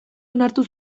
onartu